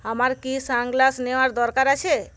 আমার কি সানগ্লাস নেওয়ার দরকার আছে